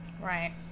Right